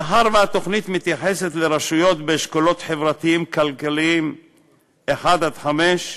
מאחר שהתוכנית מתייחסת לרשויות באשכולות חברתיים כלכליים 1 5,